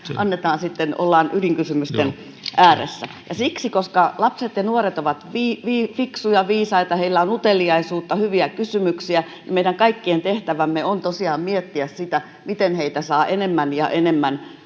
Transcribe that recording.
ollaan ydinkysymysten ääressä. Koska lapset ja nuoret ovat fiksuja ja viisaita ja heillä on uteliaisuutta, hyviä kysymyksiä, meidän kaikkien tehtävä on tosiaan miettiä sitä, miten heitä saa enemmän ja enemmän